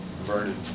Vernon